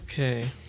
okay